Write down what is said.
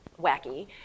wacky